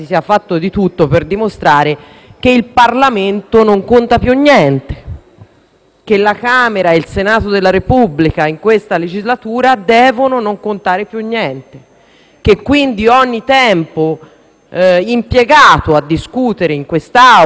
deputati e il Senato della Repubblica in questa legislatura devono non contare più niente; quindi il tempo impiegato a discutere in quest'Aula o all'interno delle Commissioni è assolutamente sprecato